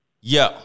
Yo